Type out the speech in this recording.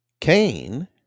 Cain